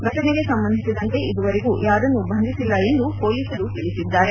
ಫಟನೆಗೆ ಸಂಬಂಧಿಸಿದಂತೆ ಇದುವರೆಗೆ ಯಾರನ್ನೂ ಬಂಧಿಸಿಲ್ಲ ಎಂದು ಪೊಲೀಸರು ತಿಳಿಸಿದ್ದಾರೆ